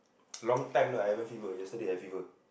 long time no I haven't fever yesterday I fever